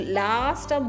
last